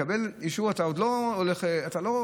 לקבל אישור אתה עוד לא הולך ללמוד,